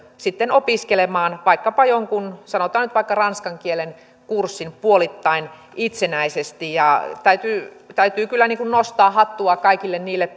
sitten opiskelemaan sanotaan nyt vaikkapa jonkun ranskan kielen kurssin puolittain itsenäisesti täytyy täytyy kyllä nostaa hattua kaikille niille